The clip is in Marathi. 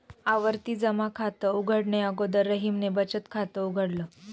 आवर्ती जमा खात उघडणे अगोदर रहीमने बचत खात उघडल